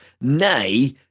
nay